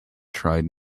tried